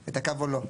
את הקו או לא,